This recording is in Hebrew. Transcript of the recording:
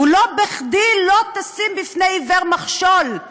ולא בכדי: לא תשים בפני עיוור מכשול,